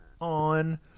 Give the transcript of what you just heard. on